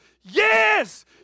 yes